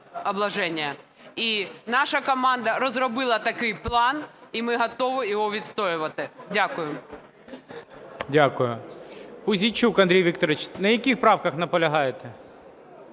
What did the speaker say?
І наша команда розробила такий план, і ми готові його відстоювати. Дякую. ГОЛОВУЮЧИЙ. Дякую. Пузійчук Андрій Вікторович, на яких правках наполягаєте?